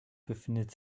befindet